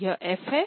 यह एफ है